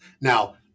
now